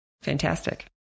fantastic